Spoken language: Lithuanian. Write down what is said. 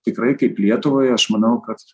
tikrai kaip lietuvai aš manau kad